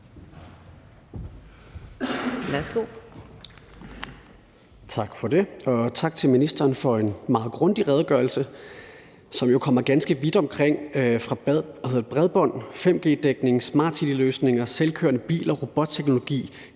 Tak for det, og tak til ministeren for en meget grundig redegørelse, som jo kommer ganske vidt omkring, altså fra bredbånd, 5G-dækning, Smart City-løsninger, selvkørende biler, robotteknologi,